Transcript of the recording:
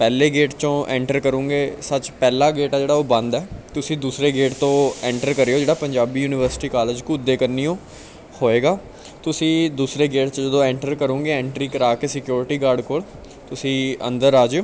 ਪਹਿਲੇ ਗੇਟ 'ਚੋਂ ਐਂਟਰ ਕਰੋਗੇ ਸੱਚ ਪਹਿਲਾ ਗੇਟ ਆ ਜਿਹੜਾ ਉਹ ਬੰਦ ਹੈ ਤੁਸੀਂ ਦੂਸਰੇ ਗੇਟ ਤੋਂ ਐਂਟਰ ਕਰਿਓ ਜਿਹੜਾ ਪੰਜਾਬੀ ਯੂਨੀਵਰਸਿਟੀ ਕਾਲਜ ਘੁਦੇ ਕਨੀਓ ਹੋਏਗਾ ਤੁਸੀਂ ਦੂਸਰੇ ਗੇਟ 'ਚ ਜਦੋਂ ਐਂਟਰ ਕਰੋਂਗੇ ਐਂਟਰੀ ਕਰਾ ਕੇ ਸਿਕਿਉਰਟੀ ਗਾਰਡ ਕੋਲ ਤੁਸੀਂ ਅੰਦਰ ਆ ਜਾਇਓ